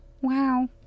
wow